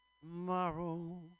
tomorrow